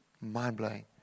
mind-blowing